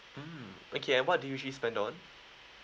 mm okay what do you usually spend on